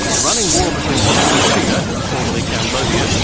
the running war between kampuchea, formerly cambodia,